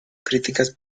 críticas